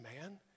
man